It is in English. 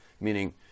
Meaning